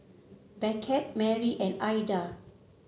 Beckett Marry and Aida